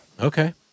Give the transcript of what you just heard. okay